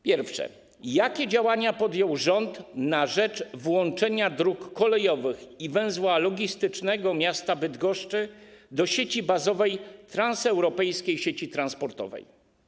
Pierwsze: Jakie działania podjął rząd na rzecz włączenia dróg kolejowych i węzła logistycznego miasta Bydgoszcz do sieci bazowej transeuropejskiej sieci transportowej?